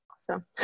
Awesome